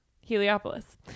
Heliopolis